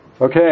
Okay